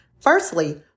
Firstly